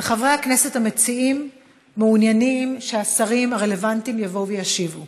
וחברי הכנסת המציעים מעוניינים שהשרים הרלוונטיים יבואו וישיבו.